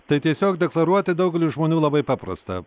tai tiesiog deklaruoti daugeliui žmonių labai paprasta